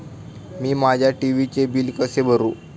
मी माझ्या टी.व्ही चे बिल कसे भरू?